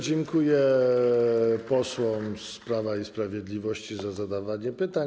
Dziękuję posłom z Prawa i Sprawiedliwości za zadawanie pytań.